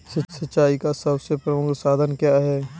सिंचाई का सबसे प्रमुख साधन क्या है?